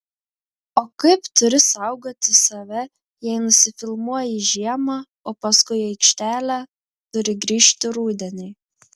o kaip turi saugoti save jei nusifilmuoji žiemą o paskui į aikštelę turi grįžti rudenį